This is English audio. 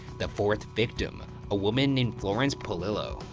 the fourth victim a woman named florence polillo,